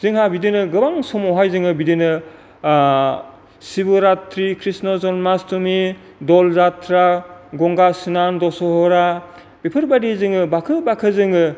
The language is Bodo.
जोंहा बिदिनो गोबां समावहाय जोङो बिदिनो सिबरात्रि क्रिष्ण जन्मास्तमि दलजात्रा गंगा स्नान दसहेरा बेफोर बादिजो जोङो बाखो बाखो जोङो